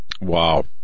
wow